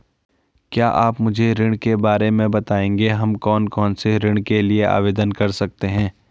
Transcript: क्या आप मुझे ऋण के बारे में बताएँगे हम कौन कौनसे ऋण के लिए आवेदन कर सकते हैं?